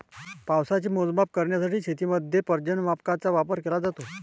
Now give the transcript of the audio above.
पावसाचे मोजमाप करण्यासाठी शेतीमध्ये पर्जन्यमापकांचा वापर केला जातो